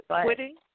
Quitting